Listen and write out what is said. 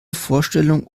vorstellung